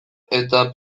eta